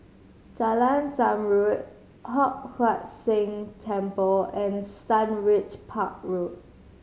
Jalan Zamrud Hock Huat Seng Temple and Sundridge Park Road